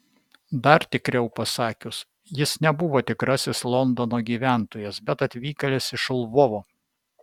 dar tikriau pasakius jis nebuvo tikrasis londono gyventojas bet atvykėlis iš lvovo